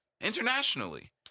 Internationally